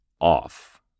off